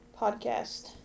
podcast